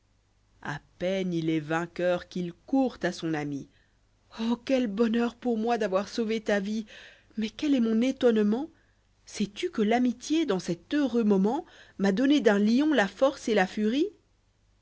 a peine il est vainqueur qu'il court à son ami oh quel bonheur pour moi d'avoir sauvé ta vie mais quel est mon étodnement sais-tu que l'amitié dans cet heureux moment m'a donné d'un lion la force et la furie